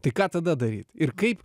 tai ką tada daryt ir kaip